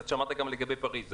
אתה שמעת גם לגבי פריז.